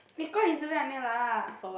eh call lah